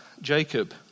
Jacob